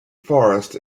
forest